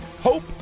Hope